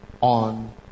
On